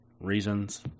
reasons